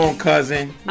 Cousin